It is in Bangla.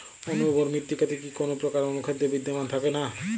অনুর্বর মৃত্তিকাতে কি কোনো প্রকার অনুখাদ্য বিদ্যমান থাকে না?